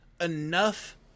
enough